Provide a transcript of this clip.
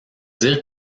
dire